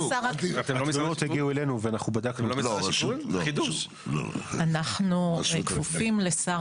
התלונות הגיעו אלינו ואנחנו בדקנו --- אנחנו כפופים לשר